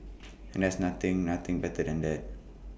and there's nothing nothing better than that